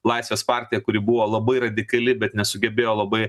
laisvės partija kuri buvo labai radikali bet nesugebėjo labai